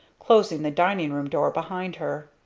closing the dining-room door behind her.